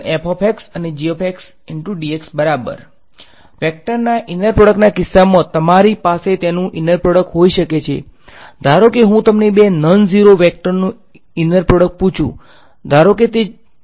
એ બરાબરને વેક્ટરના ઈનર પ્રોડક્ટના કિસ્સામાં તમારી પાસે તેનુ ઈનર પ્રોડક્ટ હોઈ શકે છે ધારો કે હું તમને બે નનઝીરો વેક્ટરનું ઈનર પ્રોડક્ટ પૂછું ધારો કે તે 0 છે